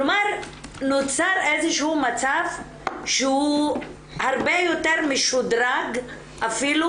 כלומר נוצר איזשהו מצב שהוא הרבה יותר משודרג אפילו